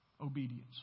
obedience